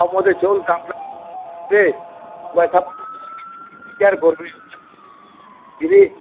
ହଁ ମୋର୍ ସେ ଚଉଲ୍ ବିଚାର୍ କର୍ମି